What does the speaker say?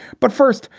but first,